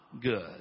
good